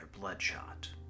bloodshot